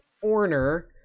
corner